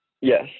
Yes